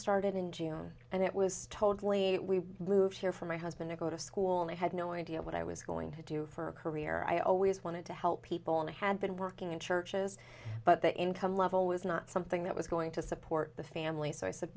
started in june and it was told late we moved here from my husband to go to school and i had no idea what i was going to do for a career i always wanted to help people and i had been working in churches but the income level was not something that was going to support the family so i said